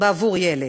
בעבור ילד.